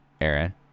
Aaron